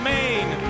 Maine